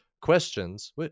questions